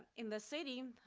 in the city,